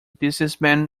businessman